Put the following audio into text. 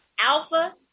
Alpha